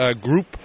group